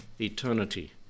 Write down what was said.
eternity